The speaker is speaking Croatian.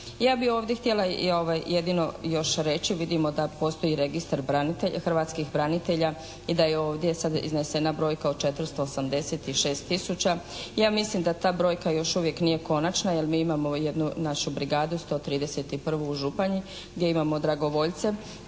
Ja bi ovdje htjela jedino još reći, vidimo da postoji registar branitelja, hrvatskih branitelja i da je ovdje sad iznesena brojka od 486 tisuća. Ja mislim da ta brojka još uvijek nije konačna jer mi imamo jednu našu brigadu, 131. u Županji gdje imamo dragovoljce